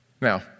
Now